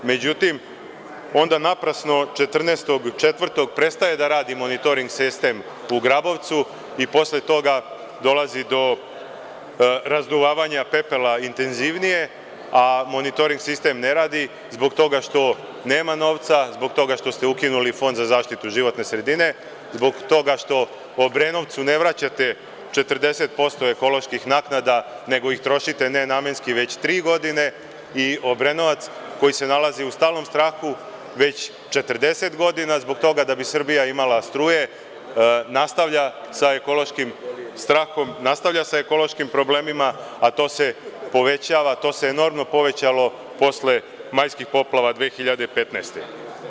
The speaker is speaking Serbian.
Međutim, onda naprasno 14. aprila prestaje da radi monitoring sistem u Grabovcu i posle toga dolazi do razduvavanja pepela intenzivnije, a monitoring sistem ne radi zbog toga što nema novca, zbog toga što ste ukinuli Fond za zaštitu životne sredine, zbog toga što u Obrenovcu ne vraćate 40% ekoloških naknada, nego ih trošite nenamenski već tri godine i Obrenovac koji se nalazi u stalnom strahu već 40 godina, zbog toga da bi Srbija imala struje nastavlja sa ekološkim strahom, nastavlja sa ekološkim problemima, a to se povećava, to se enormno povećalo posle majskih poplava 2015. godine.